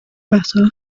better